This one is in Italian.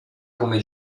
come